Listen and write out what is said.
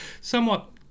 somewhat